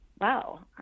wow